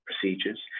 procedures